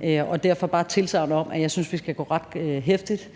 vil jeg bare give udtryk for, at jeg synes, at vi skal gå ret heftigt